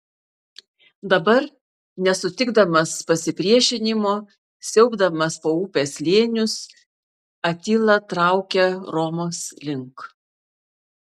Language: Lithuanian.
dabar nesutikdamas pasipriešinimo siaubdamas po upės slėnius atila traukia romos link